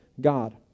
God